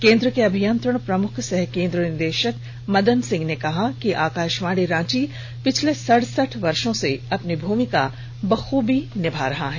केन्द्र के अभियंत्रण प्रमुख सह केन्द्र निदेशक मदन सिंह ने कहा कि आकाशवाणी रांची पिछले सड़सठ वर्षों से अपनी भूमिका बखूबी निभा रहा है